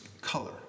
color